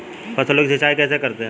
फसलों की सिंचाई कैसे करते हैं?